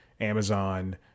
Amazon